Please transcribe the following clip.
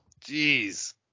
Jeez